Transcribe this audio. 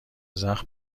زخم